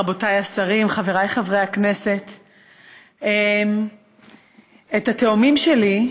רבותיי השרים, חבריי חברי הכנסת, את התאומים שלי,